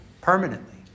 permanently